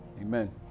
Amen